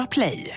Play